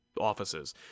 offices